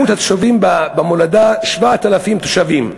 מספר התושבים במולדה, 7,000 תושבים.